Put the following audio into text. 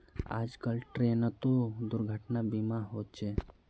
आजकल ट्रेनतो दुर्घटना बीमा होचे